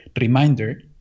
reminder